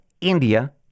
India